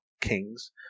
kings